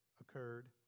occurred